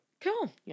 Cool